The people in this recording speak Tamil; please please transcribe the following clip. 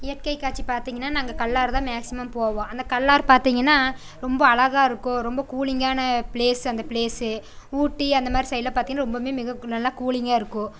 இயற்கைக்காட்சி பார்த்திங்கனா நாங்கள் கல்லாறு தான் மேக்ஸிமம் போவோம் அந்த கல்லாறு பார்த்திங்கனா ரொம்ப அழகாக இருக்கும் ரொம்ப கூலிங்கான பிளேஸ் அந்த பிளேஸ்ஸு ஊட்டி அந்த மாதிரி சைடுலாம் பார்த்திங்கனா ரொம்ப மிக நல்லா கூலிங்காக இருக்கும்